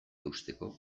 eusteko